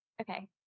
Okay